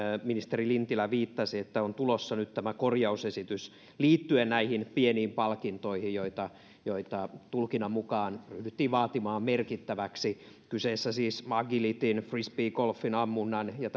ministeri lintilä viittasi että nyt on tulossa tämä korjausesitys liittyen näihin pieniin palkintoihin joita joita tulkinnan mukaan ryhdyttiin vaatimaan merkittäväksi kyseessä on siis agilityn frisbeegolfin ammunnan ja